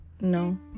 no